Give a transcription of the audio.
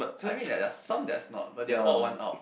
I mean that there are some that's not but they are all of one out